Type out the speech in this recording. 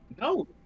No